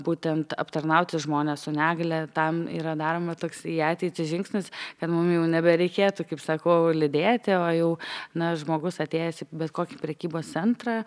būtent aptarnauti žmones su negalia tam yra daroma toks į ateitį žingsnis kad mum jau nebereikėtų kaip sako lydėti o jau na žmogus atėjęs į bet kokį prekybos centrą